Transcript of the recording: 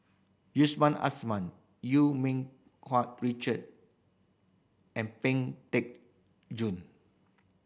Yusman Asman Eu Ming Kuan Richard and Ping Teck Joon